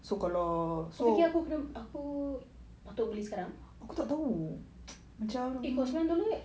kau fikir aku kena aku patut beli sekarang eh kalau sembilan dolar